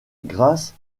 grâce